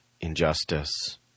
injustice